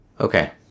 Okay